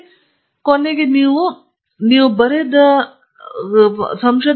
ತದನಂತರ ಪಿಕ್ಫೋರ್ಡ್ ನಾನು ಒಪ್ಪಿಕೊಂಡಿದ್ದೇನೆ ವಿಮರ್ಶಕರಿಗೆ ಕಳುಹಿಸಲು ಇಲ್ಲ ಹೇಳಿದರು ಇದು ನಂತರ ಕಾಣಿಸಿಕೊಂಡರು